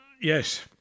Yes